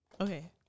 Okay